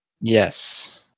Yes